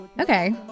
okay